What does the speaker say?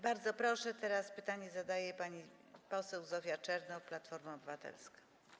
Bardzo proszę, pytanie zadaje pani poseł Zofia Czernow, Platforma Obywatelska.